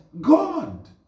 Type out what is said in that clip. God